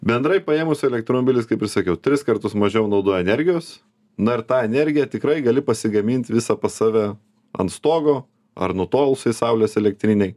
bendrai paėmus elektromobilis kaip ir sakiau tris kartus mažiau naudoja energijos na ir tą energiją tikrai gali pasigamint visą pas save ant stogo ar nutolusioj saulės elektrinėj